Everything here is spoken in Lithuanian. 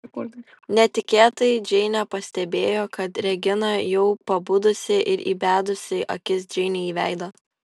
netikėtai džeinė pastebėjo kad regina jau pabudusi ir įbedusi akis džeinei į veidą